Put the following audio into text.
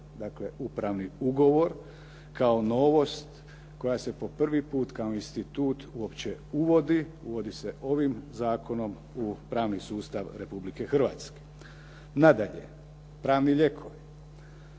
Dakle, upravni ugovor kao novost koja se po prvi put kao institut uopće uvodi. Uvodi se ovim zakonom u pravni sustav Republike Hrvatske. Nadalje, pravni lijekovi.